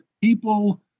people